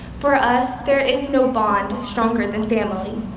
for us, there is no bond stronger than family.